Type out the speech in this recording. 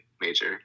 major